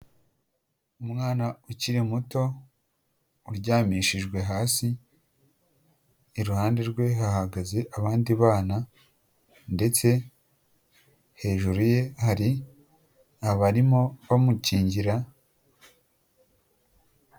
Umwana ukiri muto uryamishijwe hasi, iruhande rwe hahagaze abandi bana ndetse hejuru ye hari abarimo bamukingira.